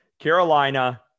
Carolina